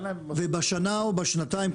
ובשנה או בשנתיים,